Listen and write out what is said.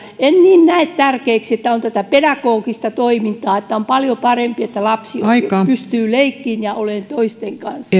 en niin näe tärkeäksi että on tätä pedagogista toimintaa on paljon parempi että lapsi pystyy leikkimään ja olemaan toisten kanssa